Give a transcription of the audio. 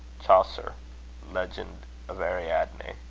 chaucer legend of ariadne.